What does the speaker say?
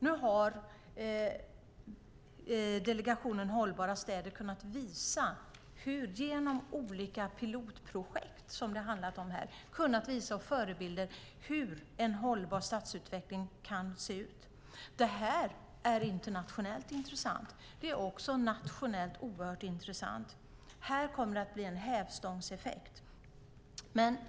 Nu har delegationen Hållbara städer genom olika pilotprojekt kunnat visa på förebilder av hur en hållbar stadsutveckling kan se ut. Det här är internationellt intressant. Det är också nationellt oerhört intressant. Här kommer det att bli en hävstångseffekt.